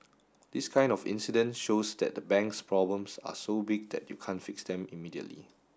this kind of incident shows that the bank's problems are so big that you can't fix them immediately